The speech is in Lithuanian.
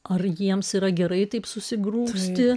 ar jiems yra gerai taip susigrūsti